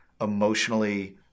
emotionally